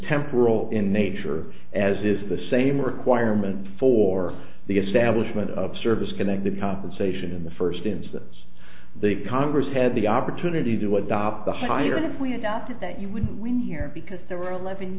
temporal in nature as is the same requirement for the establishment of service connected compensation in the first instance the congress had the opportunity to adopt the higher if we adopted that you would win here because there were eleven